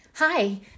Hi